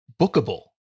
bookable